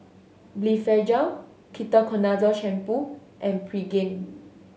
Blephagel Ketoconazole Shampoo and Pregain